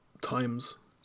times